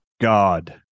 God